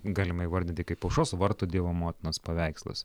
galima įvardinti kaip aušros vartų dievo motinos paveikslas